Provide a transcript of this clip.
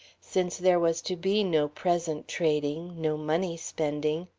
since there was to be no present trading, no money spending.